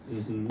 mmhmm